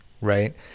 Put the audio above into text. right